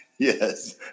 Yes